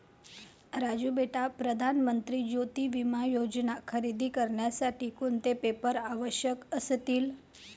राजू बेटा प्रधान मंत्री ज्योती विमा योजना खरेदी करण्यासाठी कोणते पेपर आवश्यक असतील?